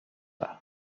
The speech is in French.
pas